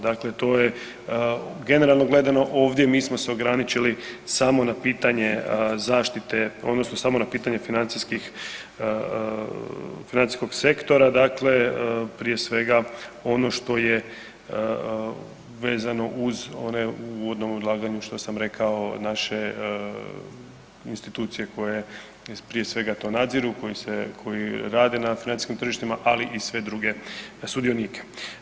Dakle, to je generalno gledano, ovdje mi smo se ograničili samo na pitanje zaštite odnosno samo na pitanje financijskog sektora, dakle prije svega ono što je vezano uz one uvodnom izlaganju, što sam rekao, naše institucije koje prije svega to nadziru, koje rade na financijskim tržištima ali i sve druge sudionike.